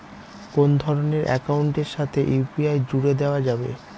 কোন ধরণের অ্যাকাউন্টের সাথে ইউ.পি.আই জুড়ে দেওয়া যাবে?